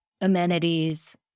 amenities